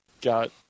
got